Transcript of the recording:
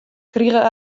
krige